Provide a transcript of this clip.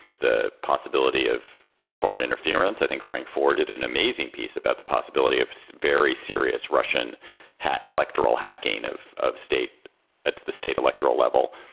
the possibility of foreign interference. i think, frank, forded an amazing piece about the possibility of very serious russian electoral hacking of of state at the state electoral level.